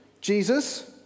Jesus